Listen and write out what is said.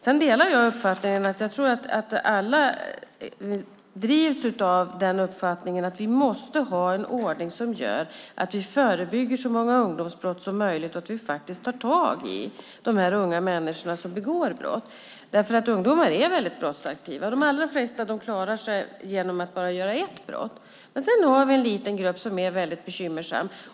Jag delar den uppfattning som jag tror att alla drivs av; vi måste ha en ordning som gör att vi förebygger så många ungdomsbrott som möjligt och att vi tar tag i de unga människor som begår brott. Ungdomar är brottsaktiva. De allra flesta klarar sig med att bara begå ett brott, men sedan har vi en liten grupp som är bekymmersam.